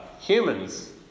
humans